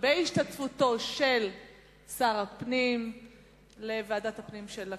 בהשתתפות שר הפנים בוועדת הפנים של הכנסת.